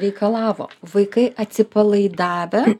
reikalavo vaikai atsipalaidavę